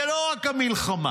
זה לא רק המלחמה,